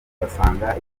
basanga